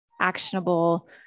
actionable